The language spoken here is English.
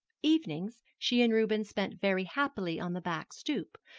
evenings, she and reuben spent very happily on the back stoop,